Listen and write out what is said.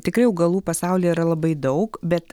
tikrai augalų pasauly yra labai daug bet